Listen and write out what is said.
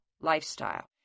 lifestyle